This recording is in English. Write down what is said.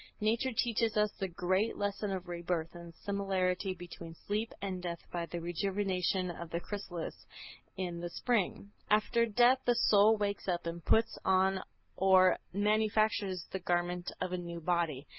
nature teaches us the great lesson of rebirth and the similarity between sleep and death by the rejuvenation of the chrysalis in the spring. after death the soul wakes up and puts on or manufactures the garment of a new body,